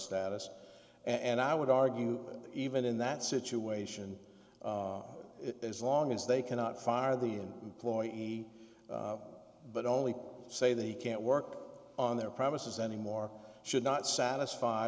status and i would argue even in that situation as long as they cannot fire the employee but only say they can't work on their promises anymore should not satisfy